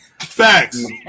Facts